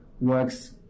works